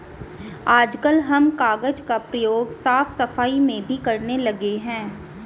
आजकल हम कागज का प्रयोग साफ सफाई में भी करने लगे हैं